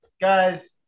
guys